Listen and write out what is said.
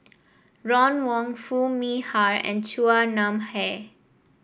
Ron Wong Foo Mee Har and Chua Nam Hai